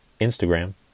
Instagram